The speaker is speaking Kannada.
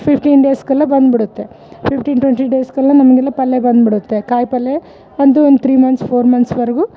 ಫಿಫ್ಟೀನ್ ಡೇಸ್ಕಲ್ಲ ಬಂದು ಬಿಡುತ್ತೆ ಫಿಫ್ಟೀನ್ ಟ್ವೆಂಟಿ ಡೇಸ್ಗೆಲ್ಲ ನಮಗೆಲ್ಲ ಪಲ್ಯ ಬಂದುಬಿಡುತ್ತೆ ಕಾಯಿ ಪಲ್ಯ ಅಂತು ಒಂದು ತ್ರೀ ಮಂತ್ಸ್ ಫೋರ್ ಮಂತ್ಸ್ವರೆಗು